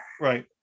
right